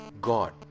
God